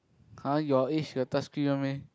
[huh] your age got touchscreen one meh